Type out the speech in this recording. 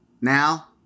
Now